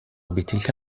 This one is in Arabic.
بتلك